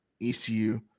ECU